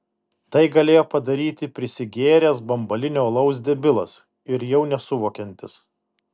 tai galėjo padaryti prisigėręs bambalinio alaus debilas ir jau nesuvokiantis